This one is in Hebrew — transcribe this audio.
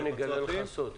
אגלה לך סוד.